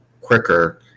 quicker